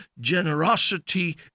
generosity